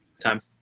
time